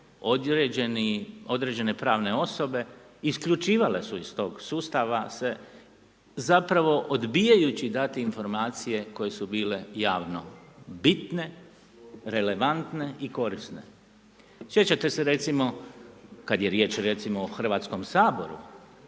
određene pravne osobe, isključivale su iz tog sustave sve, zapravo odbijajući dati informacije koje su bile javno bitne, relevantne i korisne. Sjećate se recimo, kad je riječ recimo o Hrvatskom saboru,